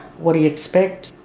what do you expect?